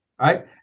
right